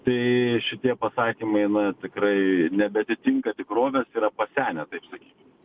tai šitie pasakymai na tikrai nebeatitinka tikrovės yra pasenę taip sakykim